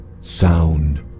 Sound